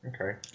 Okay